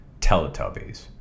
Teletubbies